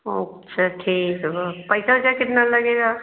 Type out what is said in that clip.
अच्छा ठीक बा पैसा वैसा कितना लगेगा